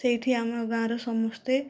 ସେଇଠି ଆମ ଗାଁର ସମସ୍ତେ